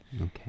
Okay